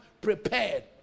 prepared